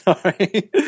Sorry